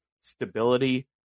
stability